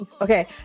Okay